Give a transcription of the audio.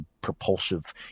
propulsive